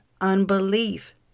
unbelief